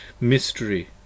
mystery